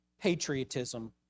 patriotism